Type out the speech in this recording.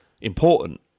important